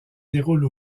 déroule